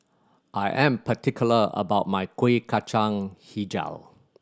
I am particular about my Kuih Kacang Hijau